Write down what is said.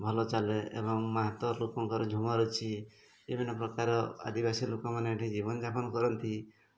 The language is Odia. ଭଲ ଚାଲେ ଏବଂ ଲୋକଙ୍କର ଝୁମର୍ ଅଛି ବିଭିନ୍ନ ପ୍ରକାର ଆଦିବାସୀ ଲୋକମାନେ ଏଠି ଜୀବନଯାପନ କରନ୍ତି